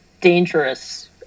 dangerous